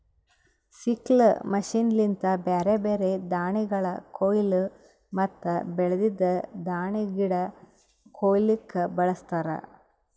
sickle machine ಲಿಂತ ಬ್ಯಾರೆ ಬ್ಯಾರೆ ದಾಣಿಗಳ ಕೋಯ್ಲಿ ಮತ್ತ ಬೆಳ್ದಿದ್ ದಾಣಿಗಿಡ ಕೊಯ್ಲುಕ್ ಬಳಸ್ತಾರ್